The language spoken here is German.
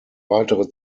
weitere